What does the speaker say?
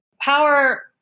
power